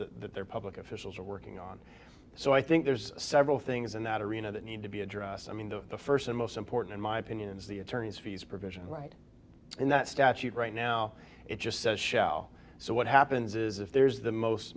documents that their public officials are working on so i think there's several things that arena that need to be addressed i mean the first and most important in my opinion is the attorneys fees provision right in that statute right now it just says shell so what happens is if there's the most